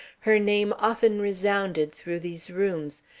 her name often resounded through these rooms,